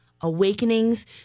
Awakenings